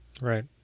Right